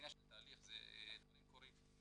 זה עניין של תהליך, דברים קורים.